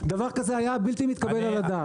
שנתיים, דבר כזה היה בלתי מתקבל על הדעת.